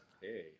Hey